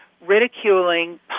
ridiculing